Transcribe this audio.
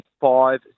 five